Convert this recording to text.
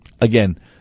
again